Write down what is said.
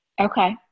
Okay